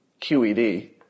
QED